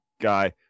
guy